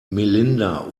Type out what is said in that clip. melinda